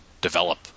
develop